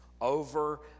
Over